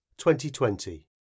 2020